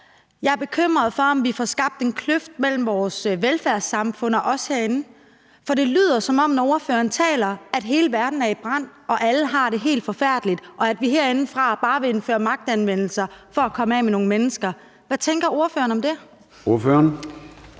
jeg er bekymret for, om vi får skabt en kløft mellem vores velfærdssamfund og os herinde. For det lyder, når ordføreren taler, som om hele verden er i brand og alle har det helt forfærdeligt, og at vi herindefra bare vil indføre magtanvendelse for at komme af med nogle mennesker. Hvad tænker ordføreren om det? Kl.